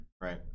right